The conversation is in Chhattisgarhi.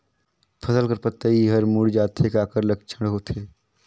फसल कर पतइ हर मुड़ जाथे काकर लक्षण होथे?